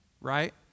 Right